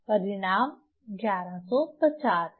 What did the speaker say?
परिणाम 1150 है